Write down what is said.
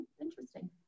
interesting